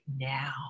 now